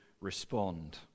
respond